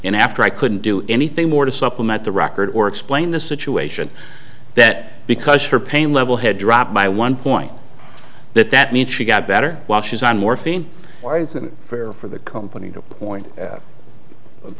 and after i couldn't do anything more to supplement the record or explain the situation that because her pain level had dropped by one point that that means she got better while she's on morphine why is it fair for the company to point